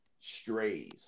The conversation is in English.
strays